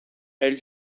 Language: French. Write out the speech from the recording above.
elle